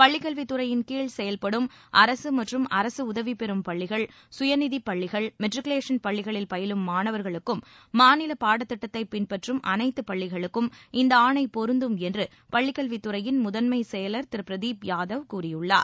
பள்ளிக்கல்வித் துறையின்கீழ் செயல்படும் அரசு மற்றும் அரசு உதவிப்பெறும் பள்ளிகள் சுயநிதி பள்ளிகள் மெட்ரிகுலேஷன் பள்ளிகளில் பயிலும் மாணவா்களுக்கும் மாநில பாடத்திட்டத்தை பின்பற்றும் அனைத்து பள்ளிகளுக்கும் இந்த ஆணை பொருந்தும் என்று பள்ளிக் கல்வித் துறையின் முதன்மை செயல் திரு பிரதீப் யாதவ் கூறியுள்ளார்